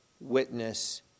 witness